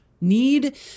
need